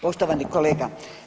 Poštovani kolega.